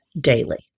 daily